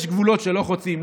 יש גבולות שלא חוצים.